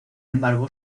embargo